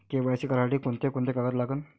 KYC करासाठी कोंते कोंते कागद लागन?